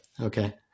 okay